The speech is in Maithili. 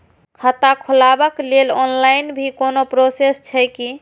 खाता खोलाबक लेल ऑनलाईन भी कोनो प्रोसेस छै की?